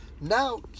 now